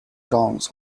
towns